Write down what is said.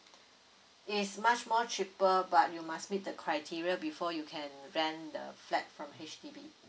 is much more cheaper but you must meet the criteria before you can rent the flat from H_D_B